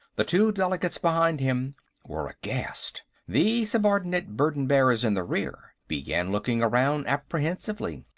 the two delegates behind him were aghast. the subordinate burden-bearers in the rear began looking around apprehensively.